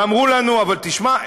ואמרו לנו: אבל תשמע,